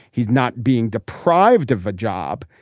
he's not being deprived of a job.